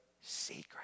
secret